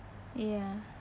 ya